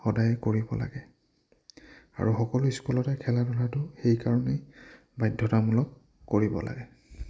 সদায় কৰিব লাগে আৰু সকলো স্কুলতে খেলা ধূলাটো সেইকাৰণেই বাধ্যতামূলক কৰিব লাগে